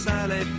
Sally